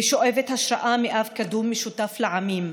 ושואבת השראה מאב קדום משותף לעמים,